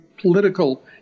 political